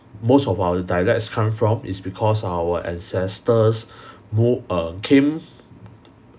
most of our dialects come from is because our ancestors move err came